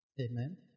Amen